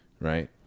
right